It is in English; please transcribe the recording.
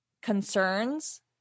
concerns